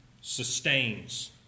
sustains